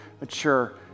mature